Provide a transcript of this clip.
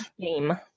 game